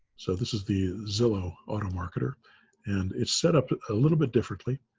so, this is the zillow automarketer and it's set up a little bit differently.